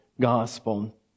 gospel